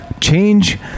change